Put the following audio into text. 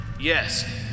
Yes